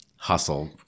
Hustle